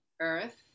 Earth